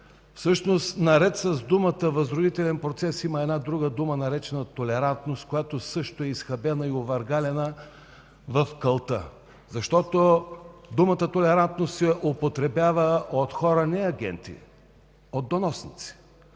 Всъщност наред с думата „възродителен процес” има една друга дума наречена „толерантност”, която също е изхабена и овъргаляна в калта. Защото думата „толерантност” се употребява от хора не агенти, от доносници.